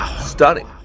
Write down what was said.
Stunning